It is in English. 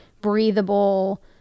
breathable